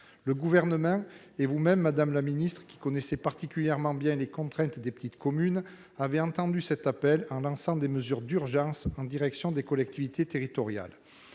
Le Gouvernement et vous-même, madame la ministre, qui connaissez particulièrement bien les contraintes des petites communes, avez entendu cet appel en lançant des mesures d'urgence en direction des collectivités territoriales.